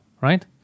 right